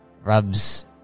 Rubs